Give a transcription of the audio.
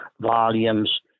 volumes